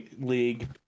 League